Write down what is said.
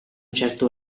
certo